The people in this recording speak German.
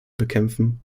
bekämpfen